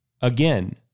Again